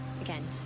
Again